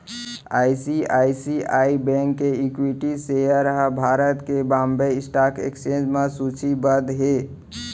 ICICI bank equity इक्विटी सेयर ह भारत के बांबे स्टॉक एक्सचेंज म सूचीबद्ध हे